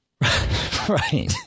right